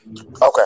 Okay